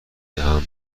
دهم